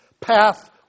path